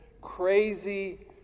crazy